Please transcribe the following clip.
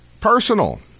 personal